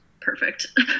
Perfect